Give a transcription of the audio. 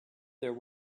there